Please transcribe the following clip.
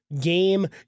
game